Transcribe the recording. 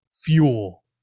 fuel